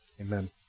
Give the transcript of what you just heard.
Amen